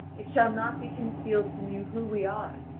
it shall not be concealed from you who we are,